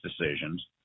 decisions